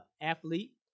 athlete